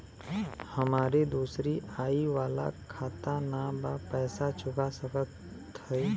हमारी दूसरी आई वाला खाता ना बा पैसा चुका सकत हई?